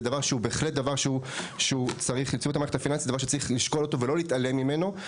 שהיא דבר שצריך לשקול אותו ולא להתעלם ממנו;